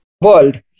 world